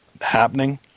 happening